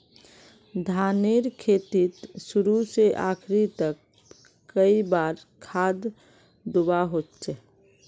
धानेर खेतीत शुरू से आखरी तक कई बार खाद दुबा होचए?